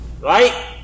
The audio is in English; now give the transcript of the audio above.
Right